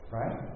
right